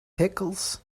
pickles